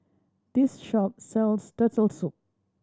this shop sells Turtle Soup